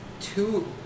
two